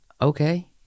Okay